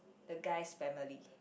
the guy's family